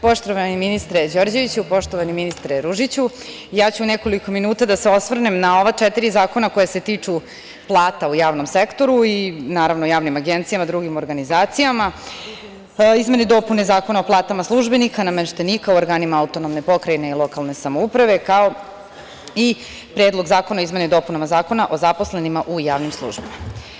Poštovani ministre Đorđeviću, poštovani ministre Ružiću, ja ću u nekoliko minuta da se osvrnem na ova četiri zakona koja se tiču plata u javnom sektoru i, naravno, javnim agencijama i drugim organizacijama, izmene i dopune Zakona o platama službenika i nameštenika u organima AP i lokalne samouprave, kao i Predlog zakona o izmenama i dopunama Zakona o zaposlenima u javnim službama.